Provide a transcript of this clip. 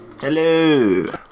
Hello